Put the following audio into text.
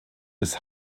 des